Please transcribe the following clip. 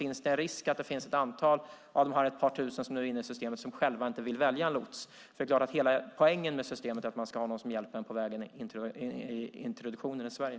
Finns det en risk att ett antal av dessa ett par tusen som nu är inne i systemet inte själva vill välja en lots? Hela poängen med systemet är att man ska ha någon som hjälper till i introduktionen i Sverige.